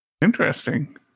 Interesting